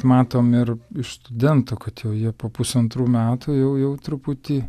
matom ir iš studentų kad jau jie po pusantrų metų jau jau truputį